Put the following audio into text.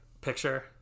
Picture